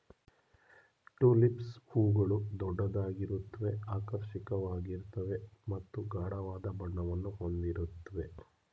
tulips ಹೂಗಳು ದೊಡ್ಡದಾಗಿರುತ್ವೆ ಆಕರ್ಷಕವಾಗಿರ್ತವೆ ಮತ್ತು ಗಾಢವಾದ ಬಣ್ಣವನ್ನು ಹೊಂದಿರುತ್ವೆ